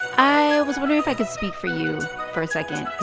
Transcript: i was wondering if i could speak for you for a second,